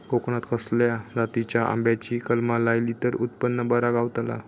कोकणात खसल्या जातीच्या आंब्याची कलमा लायली तर उत्पन बरा गावताला?